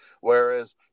Whereas